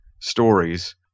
stories